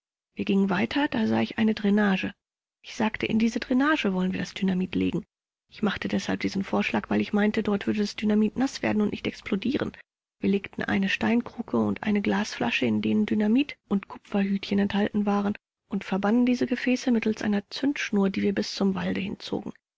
wir gingen weiter da sah ich eine dränage ich sagte in diese dränage wollen wir das dynamit legen ich machte deshalb diesen vorschlag weil ich glaubte dort würde das dynamit naß werden und nicht explodieren wir legten eine steinkruke und eine glasflasche in denen dynamit und kupferhütchen enthalten waren und verbanden diese gefäße mittels einer zündschnur die wir bis zum walde hinzogen